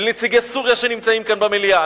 על נציגי סוריה שנמצאים כאן, במליאה,